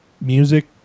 music